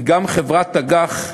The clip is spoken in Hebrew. גם חברת אג"ח,